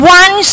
one